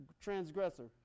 transgressor